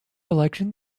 election